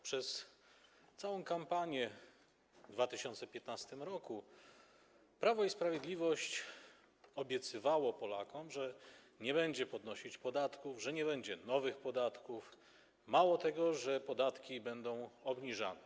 Przez całą kampanię w 2015 r. Prawo i Sprawiedliwość obiecywało Polakom, że nie będzie podnosić podatków, że nie będzie nowych podatków, mało tego - że podatki będą obniżane.